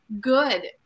good